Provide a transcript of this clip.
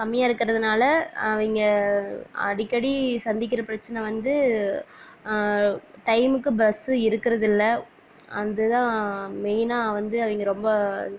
கம்மியாக இருக்கிறதுனால அவங்க அடிக்கடி சந்திக்கிற பிரச்சின வந்து டைமுக்கு பஸ்ஸு இருக்கிறது இல்லை அந்த இதுதான் மெயினாக வந்து அவங்க ரொம்ப